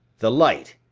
the light!